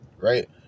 Right